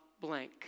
blank